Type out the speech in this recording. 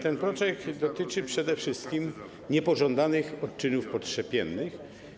Ten projekt dotyczy przede wszystkim niepożądanych odczynów poszczepiennych.